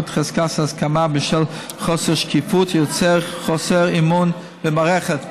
את חזקת ההסכמה בשל חוסר שקיפות היוצר חוסר אמון במערכת.